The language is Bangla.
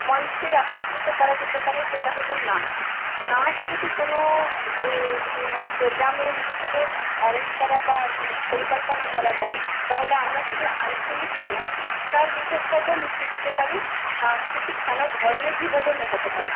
মঞ্চে একত্রিত করা যেতে পারে সেটা হল নাচ নাচ যদি কোনো প্রোগ্রামের হিসাবে অ্যারেঞ্জ করা বা পরিকল্পনা করা যায় তাহলে আমরা শুধু আঞ্চলিক কেন ভাষার বিভেদটাকেও মিটিয়ে দিতে পারি সাংস্কৃতিক কেন ধর্মের বিভেদও মেটাতে পারি